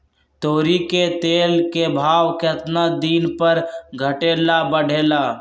तोरी के तेल के भाव केतना दिन पर घटे ला बढ़े ला?